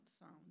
sound